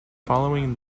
following